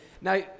Now